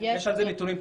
יש על זה נתונים,